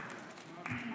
שמח.